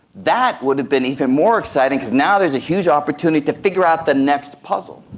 that would have been even more exciting because now there is a huge opportunity to figure out the next puzzle.